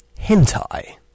hentai